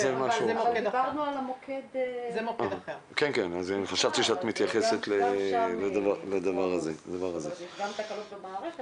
אבל גם שם --- יש גם תקלות במערכת